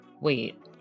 wait